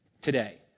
today